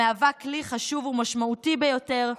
המהווה כלי חשוב ומשמעותי ביותר,